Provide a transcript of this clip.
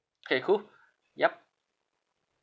K cool yup